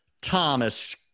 Thomas